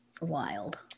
Wild